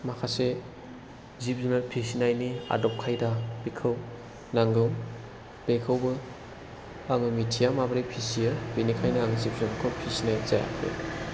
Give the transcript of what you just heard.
माखासे जिब जुनार फिसिनायनि आदब खायदा बेखौ नांगौ बेखौबो आङो मिथिया माबोरै फिसियो बेनिखायनो आं जिब जुनारखौ फिसिनाय जायाखै